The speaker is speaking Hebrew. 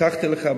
הבטחתי לך,